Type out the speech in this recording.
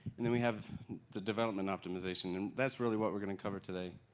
and then we have the development optimization. and that's really what we're going to cover today.